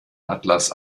atlas